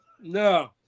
No